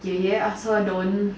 爷爷 ask her don't